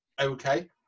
okay